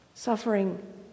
Suffering